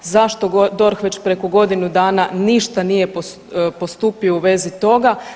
Zašto DORH već preko godinu dana ništa nije postupio u vezi toga?